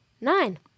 Nine